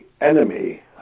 enemy